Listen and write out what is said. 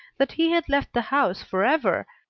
that he had left the house for ever,